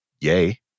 yay